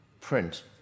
print